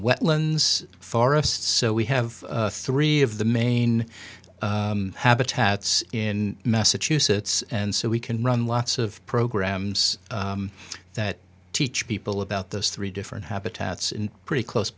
wetlands forests so we have three of the main habitats in massachusetts and so we can run lots of programs that teach people about those three different habitats pretty close